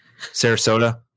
Sarasota